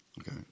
Okay